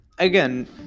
Again